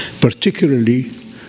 particularly